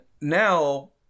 now